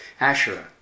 Asherah